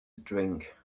drink